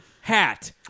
hat